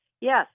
Yes